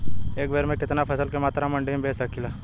एक बेर में कितना फसल के मात्रा मंडी में बेच सकीला?